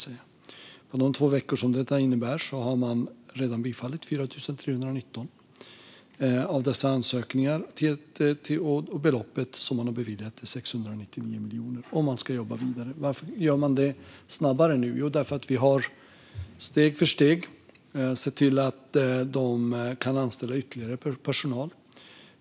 Under de två veckorna har man redan bifallit 4 319 av dessa ansökningar, och det belopp som beviljats är 699 miljoner. Och man ska jobba vidare. Varför går det snabbare nu? Jo, därför att vi steg för steg har sett till att de kan anställa ytterligare personal.